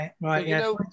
Right